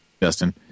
Justin